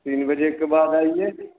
तीन बजे के बाद आइए